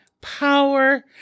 power